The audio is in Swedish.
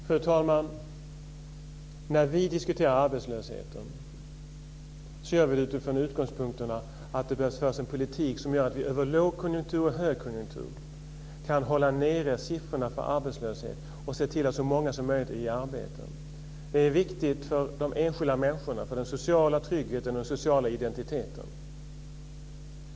Fru talman! När vi diskuterar arbetslösheten gör vi det utifrån utgångspunkten att det behöver föras en politik som gör att vi under lågkonjunktur och högkonjunktur kan hålla nere siffrorna för arbetslösheten och se till att så många som möjligt är i arbete. Det är viktigt för de enskilda människorna, för den sociala tryggheten och den sociala identiteten.